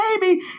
baby